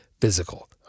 physical